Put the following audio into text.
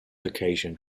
occasion